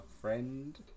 friend